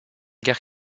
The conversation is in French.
guerre